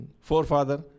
forefather